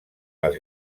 les